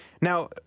Now